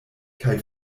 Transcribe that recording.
kaj